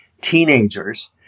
teenagers